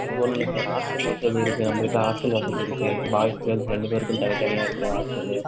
அது ஒன்றும் இல்லை சார் ஹாஸ்டல் வசதி இருக்குது நம்மக் கிட்டே ஹாஸ்டல் வசதி இருக்குது பாய்ஸ் கேர்ள்ஸ் ரெண்டு பேருக்கும் தனித்தனியாக இருக்குது ஹாஸ்டலு